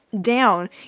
down